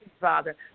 father